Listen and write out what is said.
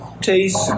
taste